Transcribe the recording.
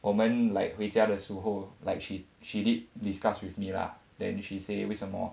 我们 like 回家的时候 like she she did discuss with me lah then she say 为什么